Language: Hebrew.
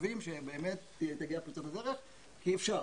מקווים שבאמת תהיה פריצת דרך כי אפשר.